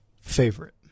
favorite